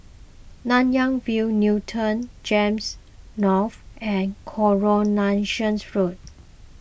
Nanyang View Newton Gems North and Coronation Road